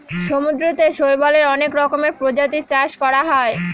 সমুদ্রতে শৈবালের অনেক রকমের প্রজাতির চাষ করা হয়